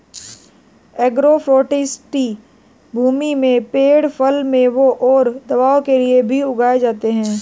agroforestry भूमि में पेड़ फल, मेवों और दवाओं के लिए भी उगाए जाते है